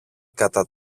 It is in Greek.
κατά